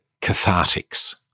cathartics